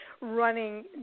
running